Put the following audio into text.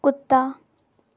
कुत्ता